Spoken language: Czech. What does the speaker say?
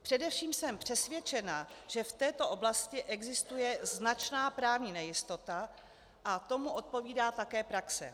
Především jsem přesvědčena, že v této oblasti existuje značná právní nejistota a tomu odpovídá také praxe.